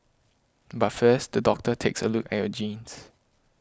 but first the doctor takes a look at your genes